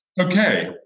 Okay